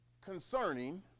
concerning